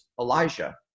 Elijah